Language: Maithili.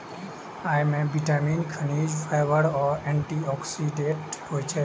अय मे विटामिन, खनिज, फाइबर आ एंटी ऑक्सीडेंट होइ छै